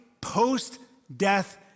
post-death